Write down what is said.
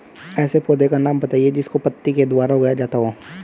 ऐसे पौधे का नाम बताइए जिसको पत्ती के द्वारा उगाया जाता है